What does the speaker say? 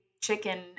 chicken